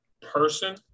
person